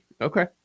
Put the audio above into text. okay